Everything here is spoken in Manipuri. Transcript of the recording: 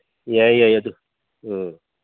ꯌꯥꯏꯌꯦ ꯌꯥꯏꯌꯦ ꯑꯗꯨ ꯑ